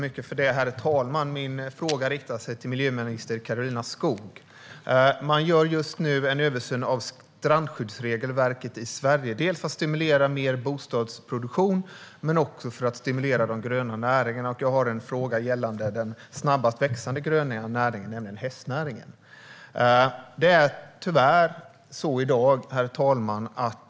Herr talman! Jag riktar min fråga till miljöminister Karolina Skog. Man gör just nu en översyn av strandskyddsregelverket i Sverige för att stimulera mer bostadsproduktion men också för att stimulera de gröna näringarna. Jag har en fråga gällande den snabbast växande gröna näringen, nämligen hästnäringen. Herr talman!